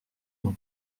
nom